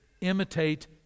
imitate